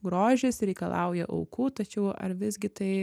grožis reikalauja aukų tačiau ar visgi tai